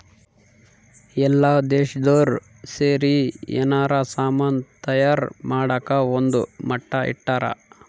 ಎಲ್ಲ ದೇಶ್ದೊರ್ ಸೇರಿ ಯೆನಾರ ಸಾಮನ್ ತಯಾರ್ ಮಾಡಕ ಒಂದ್ ಮಟ್ಟ ಇಟ್ಟರ